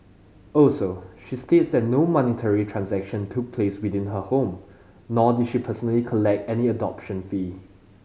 also she states that no monetary transaction took place within her home nor did she personally collect any adoption fee